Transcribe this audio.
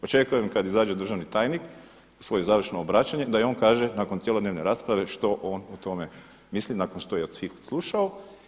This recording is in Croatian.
Očekujem kad izađe državni tajnik u svoje završno obraćanje da i on kaže nakon cjelodnevne rasprave što on o tome mislim nakon što je sve odslušao.